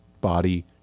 body